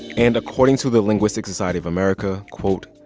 and according to the linguistic society of america, quote,